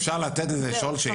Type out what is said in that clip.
אפשר לתת לשאול שאלה?